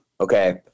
okay